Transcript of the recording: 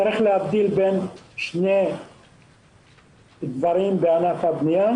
צריך להבדיל בין שני דברים בענף הבנייה,